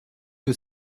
que